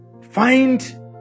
Find